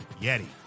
Yeti